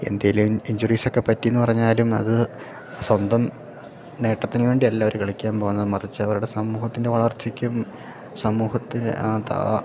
എന്തെങ്കിലും ഇഞ്ചുറീസൊക്കെ പറ്റിയെന്നു പറഞ്ഞാലും അത് സ്വന്തം നേട്ടത്തിനു വേണ്ടി അല്ല അവർ കളിക്കാൻ പോകുന്നത് മറിച്ച് അവരുടെ സമൂഹത്തിൻ്റെ വളർച്ചക്കും സമൂഹത്തിൽ താ